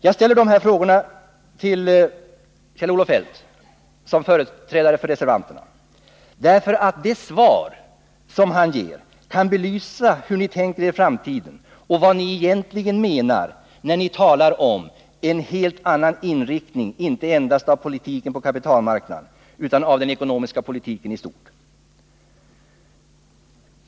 Jag ställer de här frågorna till Kjell-Olof Feldt som företrädare för reservanterna, därför att det svar Kjell-Olof Feldt ger kan belysa hur ni tänker er framtiden och vad ni egentligen menar när ni talar om ”en helt annan inriktning inte endast av politiken på kapitalmarknaden utan av den ekonomiska politiken i stort”.